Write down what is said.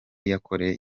yakoreye